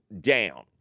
down